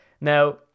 Now